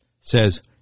says